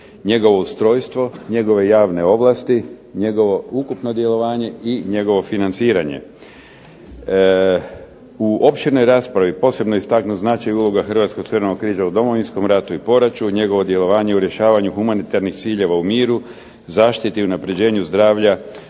njegovo ustrojstvo, njegove javne ovlasti, njegovo ukupno djelovanje i njegovo financiranje. U opširnoj raspravi posebno je istaknut značaj i uloga Hrvatskog Crvenog križa u Domovinskom ratu i poraću, njegovo djelovanje u rješavanju humanitarnih ciljeva u miru, zaštiti i unapređenju zdravlja,